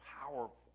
powerful